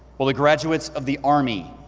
will the graduates of the army,